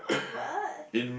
what